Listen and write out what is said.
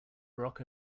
barack